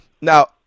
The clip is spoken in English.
Now